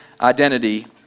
identity